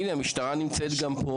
אז הנה, המשטרה נמצאת פה.